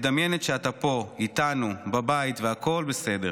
מדמיינת שאתה פה איתנו, בבית, והכול בסדר.